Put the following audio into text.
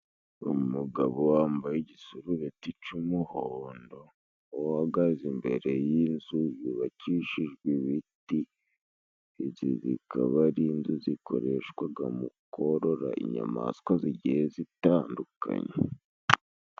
Umugabo wambaye igisurubeti c'umuhondo uhagaze imbere y'inzu yubakishijwe ibiti, izi zikaba ari inzu zikoreshwaga mu korora inyamaswa zigiye zitandukanye.